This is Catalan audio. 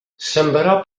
sembrar